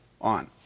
on